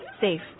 safe